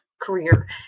career